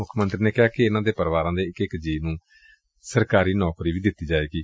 ਮੁੱਖ ਮੰਤਰੀ ਨੇ ਕਿਹਾ ਕਿ ਇਨਾਂ ਦੇ ਪਰਿਵਾਰਾਂ ਦੇ ਇਕ ਇਕ ਜੀਅ ਨੂੰ ਸਰਕਾਰੀ ਨੌਕਰੀ ਵੀ ਦਿੱਡੀ ਜਾਵੇਗੀ